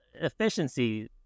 efficiency